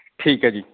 ਠੀਕ ਹੈ ਜੀ